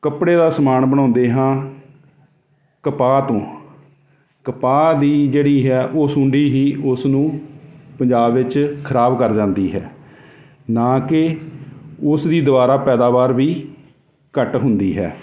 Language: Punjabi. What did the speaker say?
ਕੱਪੜੇ ਦਾ ਸਮਾਨ ਬਣਾਉਂਦੇ ਹਾਂ ਕਪਾਹ ਤੋਂ ਕਪਾਹ ਦੀ ਜਿਹੜੀ ਹੈ ਉਹ ਸੁੰਡੀ ਹੀ ਉਸ ਨੂੰ ਪੰਜਾਬ ਵਿੱਚ ਖਰਾਬ ਕਰ ਜਾਂਦੀ ਹੈ ਨਾ ਕਿ ਉਸ ਦੀ ਦੁਆਰਾ ਪੈਦਾਵਾਰ ਵੀ ਘੱਟ ਹੁੰਦੀ ਹੈ